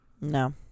No